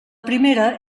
primera